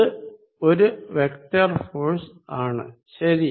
ഇത് ഒരു vector force ആണ് ശരി